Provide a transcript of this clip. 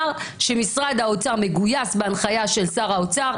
שמשרד האוצר מגויס בהנחיה של שר האוצר.